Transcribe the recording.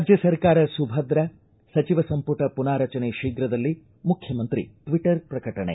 ರಾಜ್ಯ ಸರ್ಕಾರ ಸುಭದ್ರ ಸಚಿವ ಸಂಪುಟ ಮನಾರಚನೆ ಶೀಘದಲ್ಲಿ ಮುಖ್ಯಮಂತ್ರಿ ಟ್ವಿಟ್ಟರ್ ಪ್ರಕಟಣೆ